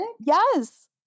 Yes